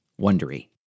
wondery